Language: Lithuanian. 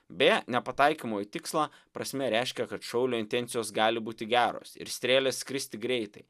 beje nepataikymo į tikslą prasme reiškia kad šaulio intencijos gali būti geros ir strėlės skristi greitai